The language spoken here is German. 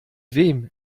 wem